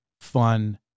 fun